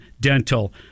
Dental